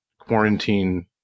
quarantine